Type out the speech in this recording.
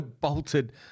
bolted